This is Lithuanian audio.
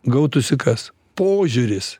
gautųsi kas požiūris